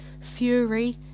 Fury